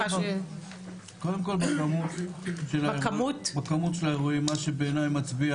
קודם כל בכמות של האירועים מה שבעיני מצביע